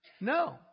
No